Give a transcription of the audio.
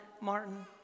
Martin